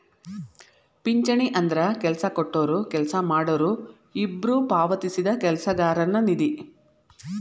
ಪಿಂಚಣಿ ಅಂದ್ರ ಕೆಲ್ಸ ಕೊಟ್ಟೊರು ಕೆಲ್ಸ ಮಾಡೋರು ಇಬ್ಬ್ರು ಪಾವತಿಸಿದ ಕೆಲಸಗಾರನ ನಿಧಿ